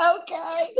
okay